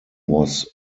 was